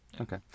Okay